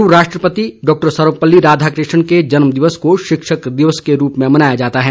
पूर्व राष्ट्रपति डॉक्टर सर्वपल्ली राधाकृष्णन के जन्म दिवस को शिक्षक दिवस के रूप में मनाया जाता है